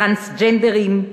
טרנסג'נדרים,